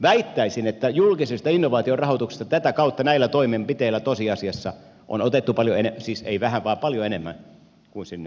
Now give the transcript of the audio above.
väittäisin että julkisesta innovaatiorahoituksesta tätä kautta näillä toimenpiteillä tosiasiassa on otettu paljon enemmän siis ei vähän vaan paljon enemmän kuin sinne on annettu